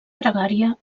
pregària